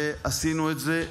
ועשינו את זה,